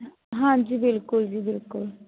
ਹਾਂਜੀ ਬਿਲਕੁਲ ਜੀ ਬਿਲਕੁਲ